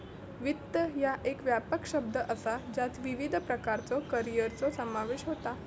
वित्त ह्या एक व्यापक शब्द असा ज्यात विविध प्रकारच्यो करिअरचो समावेश होता